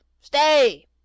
Stay